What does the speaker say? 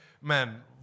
man